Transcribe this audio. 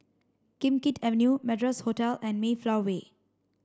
Kim Keat Avenue Madras Hotel and Mayflower Way